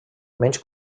menys